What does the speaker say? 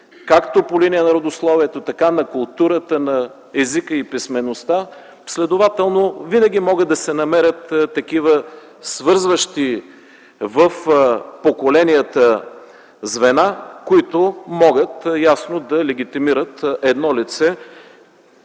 както по линия на родословието, така и на културата, на езика и писмеността. Следователно винаги могат да се намерят свързващи поколенията звена, които могат ясно да легитимират едно лице